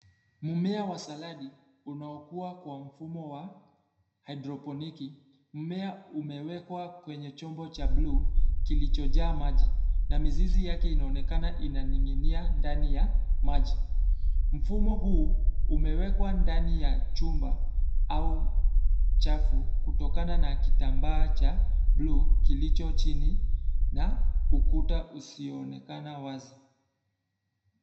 Mmea wa saladi, unaokua kwa mfumo wa, haidroponiki, mmea umewekwa kwenye chombo cha bluu, kilichojaa maji, na mizizi yake inaonekana inaning'inia ndani ya, maji, mfumo huu, umewekwa ndani ya chumba, au chafu, kutokana na kitambaa cha, bluu, kilicho chini, na ukuta usioonekana wazi.